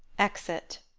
exit